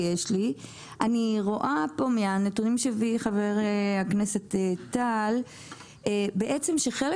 אני רואה מהנתונים שהביא חבר הכנסת טל שחלק